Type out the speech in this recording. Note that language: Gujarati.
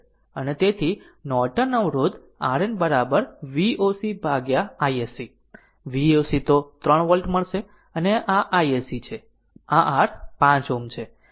અને તેથી નોર્ટન અવરોધ RN V o c ભાગ્યા iSC V o c તો 3 વોલ્ટ મળશે અને આ iSC છે અને આ r 5 Ω છે